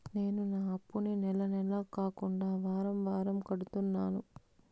నేను నా అప్పుని నెల నెల కాకుండా వారం వారం కడుతున్నాను